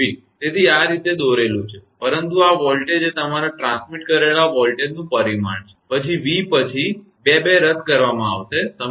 તેથી આ આ રીતે દોરેલું છે પરંતુ આ વોલ્ટેજ એ તમારા ટ્રાન્સમિટ કરેલા વોલ્ટેજનું પરિમાણ છે પછી v પછી 2 2 રદ કરવામાં આવશે સમી